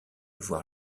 voir